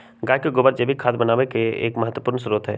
गाय के गोबर जैविक खाद बनावे के एक महत्वपूर्ण स्रोत हई